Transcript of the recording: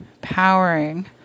powering